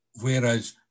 whereas